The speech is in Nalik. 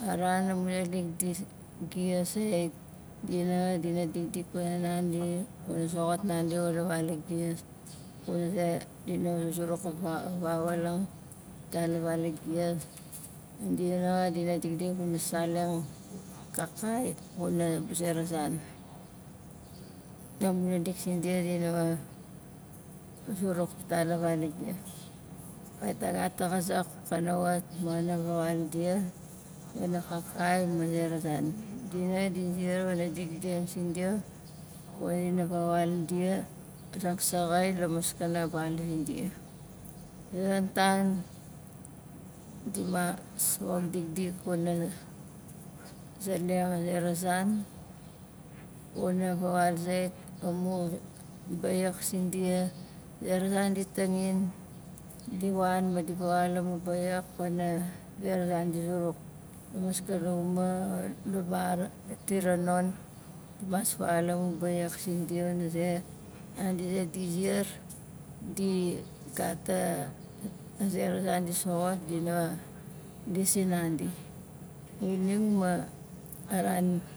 a ran amu naalik di zi- gias sait dia nanga dina dikdik wana nandi wana zoxot nandi xula valagias kuna ze dina zuruk a fa- fawaalang atala valagias dia nanga dina dikdik kuna saleng kaakai xuna zera zan amu naalik sindia dina wa- zuruk itala valagias kait na gat a xazak kana wat ma xana vawaul dia wana kaakai ma zera zan dia nanga di ziar wana dikdikxing sindia wanana vawaul dia a zaksaxai la maskana val zindia a zonon taim dimas wok dikdik wana zeleng a zera zan kuna vawaul zait amu baiyak sindia a zera zan tit tangin di wan ma di vawaul amu baiyak wana zera zan di zuruk la maskana umea, la val, la tira non dimas fawaul amu baiyak sindia wana ze nandi zait di ziar di gat a zera zan di soxot dina lis sinandi xuning ma a ran